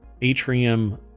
atrium